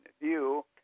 view